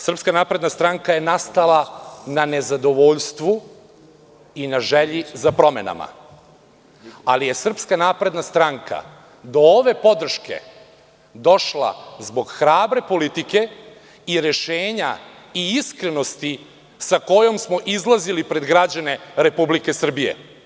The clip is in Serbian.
Srpska napredna stranka je nastala na nezadovoljstvu i na želji za promenama, ali je SNS do ove podrške došla zbog hrabre politike i rešenja i iskrenosti sa kojom smo izlazili pred građane Srbije.